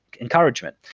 encouragement